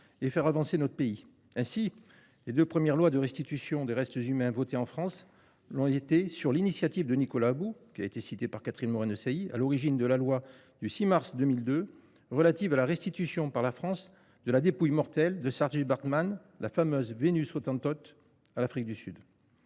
et faire avancer notre pays. Ainsi, les deux premières lois de restitution de restes humains votées en France l’ont été sur l’initiative de Nicolas About – cité par Catherine Morin Desailly – à l’origine de la loi du 6 mars 2002 relative à la restitution par la France de la dépouille mortelle de Saartjie Baartman, la fameuse « Vénus Hottentote », à l’Afrique du Sud.